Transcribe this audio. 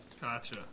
Gotcha